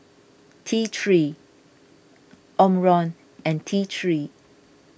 T three Omron and T three